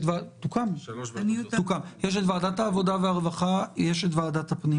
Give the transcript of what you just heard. ויש בשביל זה את ועדת העבודה הרווחה ואת ועדת הפנים.